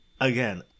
again